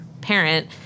parent